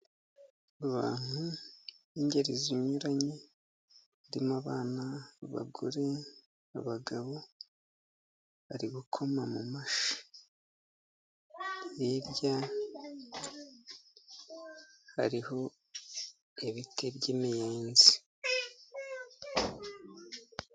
Abantu b'ingeri zinyuranye zirimo abana, abagore, abagabo bari gukoma mu mashyi, hirya hariho ibiti by'imiyenzi.